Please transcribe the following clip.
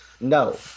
no